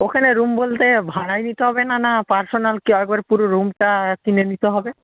ওখানে রুম বলতে ভাড়াই নিতে হবে না না পার্সোনাল পুরো রুমটা কিনে নিতে হবে